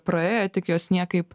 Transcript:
praėję tik jos niekaip